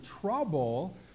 trouble